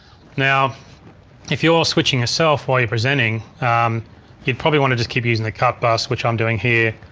now if you're switching yourself while you're presenting you'd probably wanna just keep using the cut bus which i'm doing here,